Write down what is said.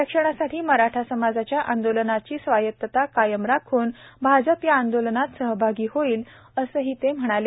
आरक्षणासाठी मराठा समाजाच्या आंदोलनाची स्वायत्तता कायम राखून भाजप या आंदोलनात सहभागी होईल असंही ते म्हणाले